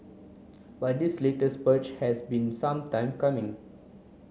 but this latest purge has been some time coming